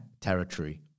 territory